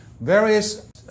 various